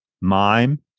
mime